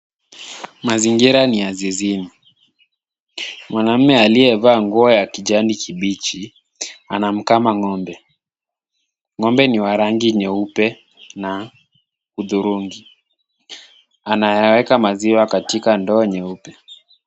Mazingira ni ya zizini. Mwanamume aliyevaa nguo ya kijani kibichi anamkama ng'ombe. Ng'ombe ni wa rangi nyeupe na hudhurungi. Anayaweka maziwa katika ndoo nyeupe.